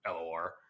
LOR